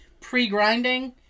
pre-grinding